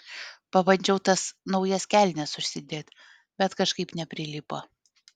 pabandžiau tas naujas kelnes užsidėt bet kažkaip neprilipo